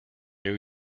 new